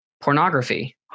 pornography